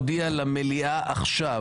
אני רואה פה את היועצת המשפטית,